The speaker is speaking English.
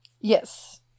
Yes